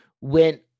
went